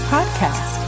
Podcast